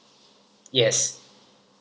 yes